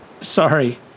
Sorry